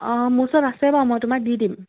অঁ মোৰ ওচৰত আছে বাৰু মই তোমাক দি দিম